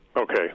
okay